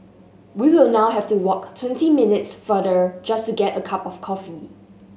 we will now have to walk twenty minutes farther just to get a cup of coffee